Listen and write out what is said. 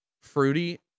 fruity